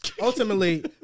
Ultimately